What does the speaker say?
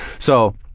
so